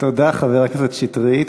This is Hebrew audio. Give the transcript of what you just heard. תודה, חבר הכנסת שטרית.